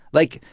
like,